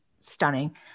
stunning